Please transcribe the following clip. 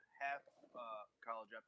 half-college